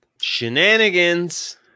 shenanigans